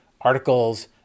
articles